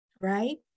right